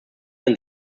ein